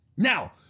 Now